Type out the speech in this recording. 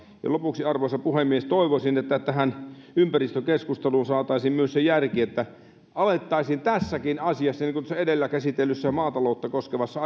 lopuksi arvoisa puhemies toivoisin että tähän ympäristökeskusteluun saataisiin myös se järki että tässäkin asiassa niin kuin tuossa edellä käsitellyssä maataloutta koskevassa